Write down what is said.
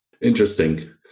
Interesting